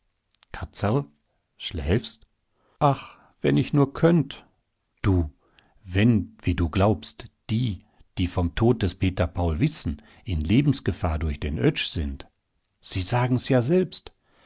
katzerl schläfst ach wenn ich nur könnt du wenn wie du glaubst die die vom tod des peter paul wissen in lebensgefahr durch den oetsch sind sie sagen's ja selbst